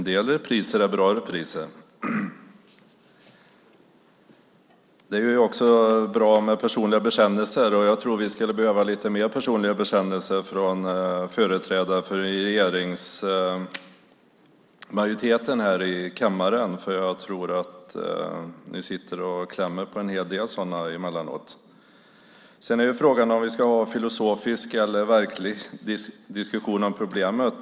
Fru talman! Det är bra med personliga bekännelser. Och jag tror att vi skulle behöva lite fler personliga bekännelser från företrädare för majoriteten här i kammaren, för jag tror att ni sitter och klämmer på en hel del sådana emellanåt. Sedan är frågan om vi ska ha en filosofisk eller verklig diskussion om problemet.